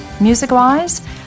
Music-wise